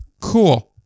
Cool